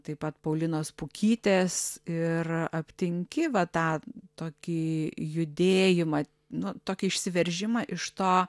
taip pat paulinos pukytės ir aptinki va tą tokį judėjimą nu tokį išsiveržimą iš to